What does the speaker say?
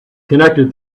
connected